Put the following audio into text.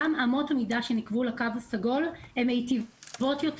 גם אמות המידה שנקבעו לקו הסגול מיטיבים יותר